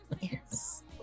Yes